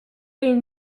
les